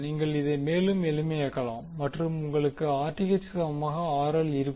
நீங்கள் இதை மேலும் எளிமையாக்கலாம் மற்றும் உங்களுக்கு Rth க்கு சமமாக RL இருக்கும்